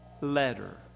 letter